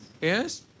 Yes